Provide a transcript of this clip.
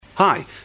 Hi